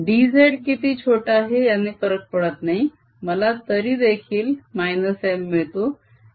dz किती छोटा आहे याने फरक पडत नाही मला तरी देखील -M मिळतो